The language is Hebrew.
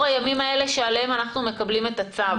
הימים האלה שעליהם אנחנו מקבלים את הצו.